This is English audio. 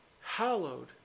hallowed